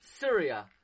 Syria